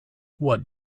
what